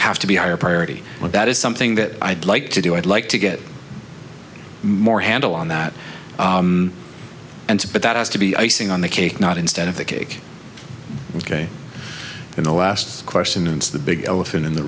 have to be a higher priority and that is something that i'd like to do i'd like to get more handle on that and but that has to be icing on the cake not instead of the cake ok in the last question it's the big elephant in the